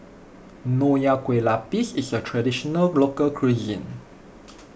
Nonya Kueh Lapis is a Traditional Local Cuisine